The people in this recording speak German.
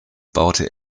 baute